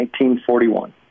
1941